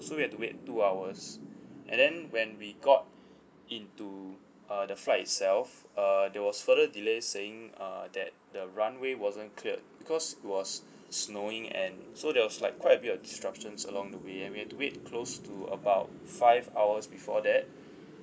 so we had to wait two hours and then when we got into uh the flight itself uh there was further delays saying uh that the runway wasn't cleared because it was snowing and so there was like quite a bit of destructions along the way and we had to wait close to about five hours before that